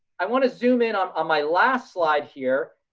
i wanna zoom in on my last slide here,